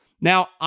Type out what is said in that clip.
Now